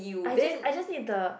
I just I just need the